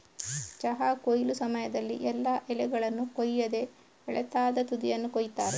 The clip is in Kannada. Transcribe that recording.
ಚಹಾ ಕೊಯ್ಲು ಸಮಯದಲ್ಲಿ ಎಲ್ಲಾ ಎಲೆಗಳನ್ನ ಕೊಯ್ಯದೆ ಎಳತಾದ ತುದಿಯನ್ನ ಕೊಯಿತಾರೆ